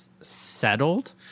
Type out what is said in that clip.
settled